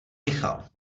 michal